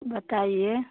बताइए